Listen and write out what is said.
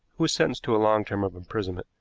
who was sentenced to a long term of imprisonment,